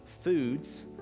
foods